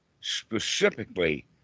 specifically